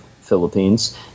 Philippines